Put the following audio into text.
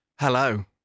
Hello